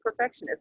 perfectionism